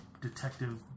detective